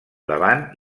davant